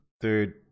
Dude